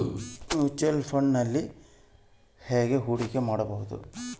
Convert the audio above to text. Mutual ಫುಣ್ಡ್ನಲ್ಲಿ ಹೇಗೆ ಹೂಡಿಕೆ ಮಾಡುವುದು?